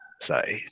say